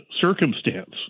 circumstance